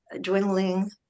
dwindling